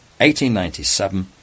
1897